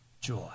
joy